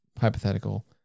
hypothetical